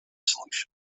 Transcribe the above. solution